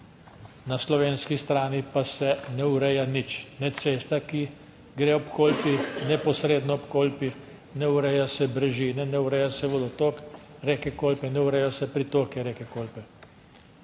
Na slovenski strani pa se ne ureja nič ne cesta, ki gre ob Kolpi neposredno ob Kolpi, ne ureja se brežine, ne ureja se vodotok reke Kolpe, ne ureja se pritoke reke Kolpe.